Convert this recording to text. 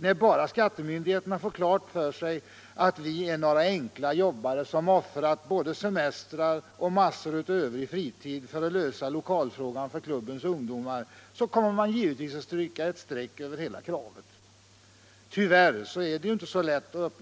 När bara skattemyndigheterna får reda på att vi är några enkla jobbare, som offrat såväl semestrar som massor av Övrig fritid för att lösa lokalfrågan för klubbens ungdomar, så kommer man givetvis att stryka ett streck över hela kravet.” Tyvärr